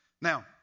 Now